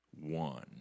one